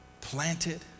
planted